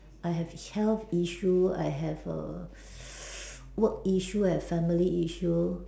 I have health issue I have err work issue I have family issue